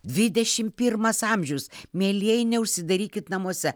dvidešim pirmas amžius mielieji neužsidarykit namuose